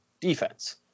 defense